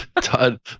Todd